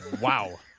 Wow